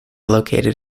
located